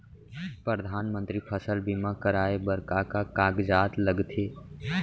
परधानमंतरी फसल बीमा कराये बर का का कागजात लगथे?